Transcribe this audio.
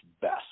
best